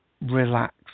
relax